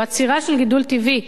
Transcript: או עצירה של גידול טבעי,